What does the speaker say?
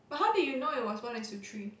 but how did you know it's one is to three